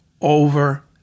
over